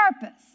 purpose